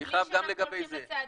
אני חייב גם לגבי זה.